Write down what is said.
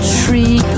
tree